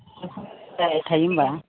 बेखौनो दुखु जाबाय थायो होमबा